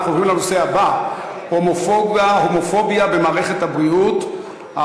אנחנו עוברים לנושא הבא: הומופוביה במערכת הבריאות,